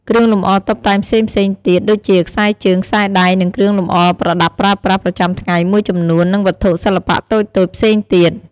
គ្រឿងលម្អតុបតែងផ្សេងៗទៀត ដូចជា ខ្សែជើង, ខ្សែដៃ និងគ្រឿងលម្អប្រដាប់ប្រើប្រាស់ប្រចាំថ្ងៃមួយចំនួន និងវត្ថុសិល្បៈតូចៗផ្សេងទៀត។